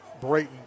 Brayton